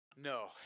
No